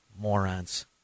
Morons